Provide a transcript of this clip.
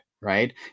Right